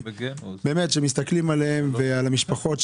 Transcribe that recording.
כשמסתכלים עליהם ועל המשפחות,